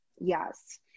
Yes